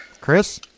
Chris